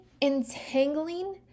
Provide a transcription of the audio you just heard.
entangling